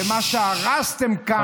ומה שהרסתם כאן,